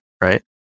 right